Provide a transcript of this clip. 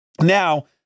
Now